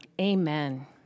amen